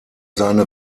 seine